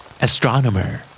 Astronomer